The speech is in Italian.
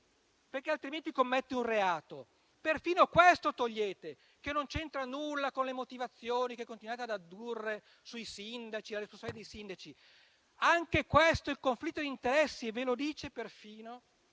perché altrimenti commette un reato. Togliete perfino questo che non c'entra nulla con le motivazioni che continuate ad addurre sui sindaci: anche questo è conflitto di interessi. Perfino